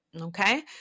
Okay